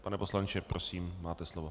Pane poslanče, prosím máte slovo.